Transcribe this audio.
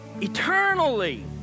Eternally